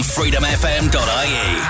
FreedomFM.ie